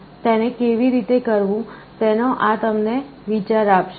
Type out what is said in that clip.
તેને કેવી રીતે કરવું તેનો આ તમને વિચાર આપશે